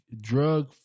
Drug